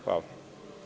Hvala.